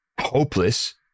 hopeless